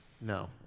No